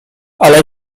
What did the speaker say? ale